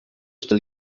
still